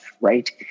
right